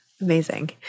Amazing